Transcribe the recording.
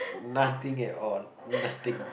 nothing at all nothing